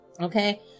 okay